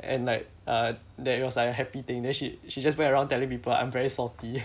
and like uh that it was like a happy thing then she she just went around telling people I'm very salty